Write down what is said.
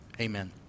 amen